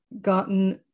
gotten